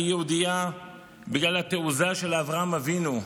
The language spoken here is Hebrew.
אני יהודייה בגלל התעוזה של אברהם אבינו,